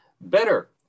better